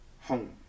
home